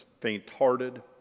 faint-hearted